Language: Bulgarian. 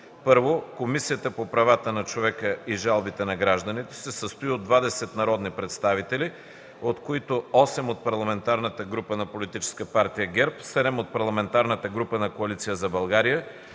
1. Комисията по правата на човека и жалбите на гражданите се състои от 20 народни представители, от които 8 от Парламентарната група на Политическа партия ГЕРБ, 7 от Парламентарната група на Коалиция за България,